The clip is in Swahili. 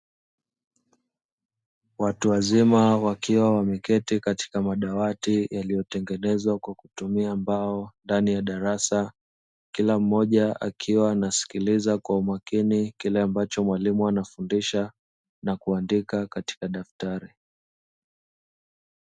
Watu wazima wakiwa wameketi katika madawati, yaliyotengenezwa kwa kutumia mbao ndani ya darasa. Kila mmoja akiwa anasikiliza kwa umakini kile ambacho mwalimu anafundisha na kuandika katika daftari.